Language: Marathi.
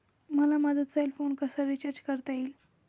मला माझा सेल फोन कसा रिचार्ज करता येईल?